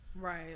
Right